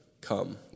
Come